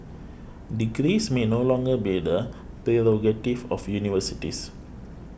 degrees may no longer be the prerogative of universities